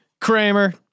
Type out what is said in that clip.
Kramer